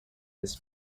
his